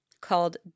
called